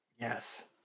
Yes